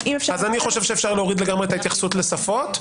אני חושב שאפשר להוריד לגמרי את ההתייחסות לשפות.